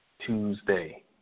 Tuesday